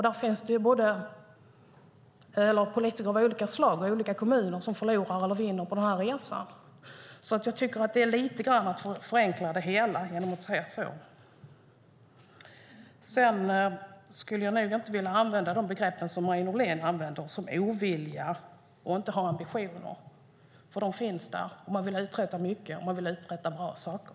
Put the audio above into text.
Där finns det politiker av olika slag med olika kommuner som förlorar eller vinner på resan. Jag tycker alltså att det lite grann är att förenkla det hela genom att säga på det sättet. Jag skulle inte vilja använda de begrepp som Marie Nordén använder, som "ovilja" och "inte ha ambitioner", för de finns där, och man vill uträtta mycket och uträtta bra saker.